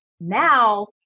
Now